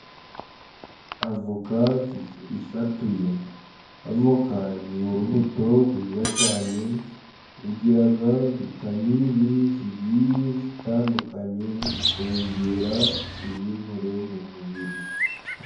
Avoka isatuye. Avoka ni urubuto rwiza cyane rugira vitaminini zigiye zitandukanye mu kongera ibinure mu mubiri.